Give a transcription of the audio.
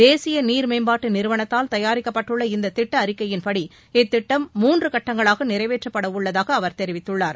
தேசிய நீர் மேம்பாட்டு நிறுவனத்தால் தயாரிக்கப்பட்டுள்ள இந்த திட்ட அறிக்கையின்படி இத்திட்டம் மூன்று கட்டங்களாக நிறைவேற்றப்பட உள்ளதாக அவர் தெரிவித்துள்ளார்